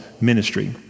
ministry